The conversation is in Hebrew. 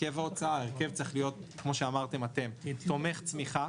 ההרכב צריך להיות, כמו שאמרתם אתם, תומך צמיחה